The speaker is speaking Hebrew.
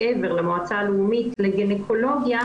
מעבר למועצה הלאומית לגניקולוגיה,